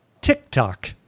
TikTok